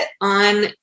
on